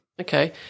Okay